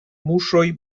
muŝoj